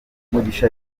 mugisha